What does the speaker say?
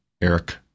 Eric